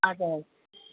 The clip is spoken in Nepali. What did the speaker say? हजुर ह